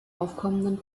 aufkommenden